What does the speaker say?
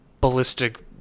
ballistic